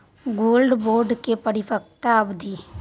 Gold bond के परिपक्वता अवधि?